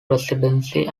presidency